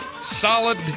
Solid